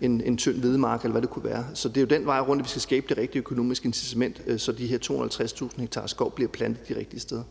en tynd hvedemark, eller hvad det kunne være. Så det er den vej rundt, at vi skal skabe det rigtige økonomiske incitament, så de her 250.000 ha skov bliver plantet de rigtige steder.